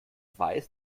weiß